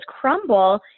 crumble